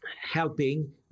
helping